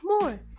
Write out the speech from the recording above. more